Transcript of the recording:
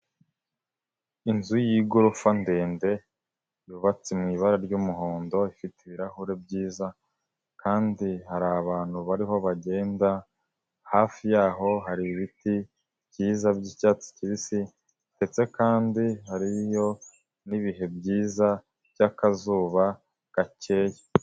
Inzu y'igorofa ndende yubatse mu ibara ry'umuhondo ifite ibirahure byiza, kandi hari abantu bariho bagenda, hafi yaho hari ibiti byiza byicyatsi kibisi ndetse kandi hariyo nibihe byiza by'akazuba gakeya.